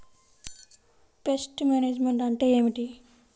Pest management అంటే ఏమిటి?